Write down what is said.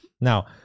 Now